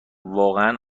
واقعا